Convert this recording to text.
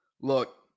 look